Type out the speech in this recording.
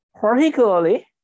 Particularly